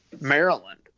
maryland